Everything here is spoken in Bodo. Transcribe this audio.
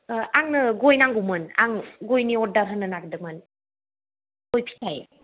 आंनो गय नांगौमोन आं गयनि अर्डार होनो नागिरदोंमोन गय फिथाइ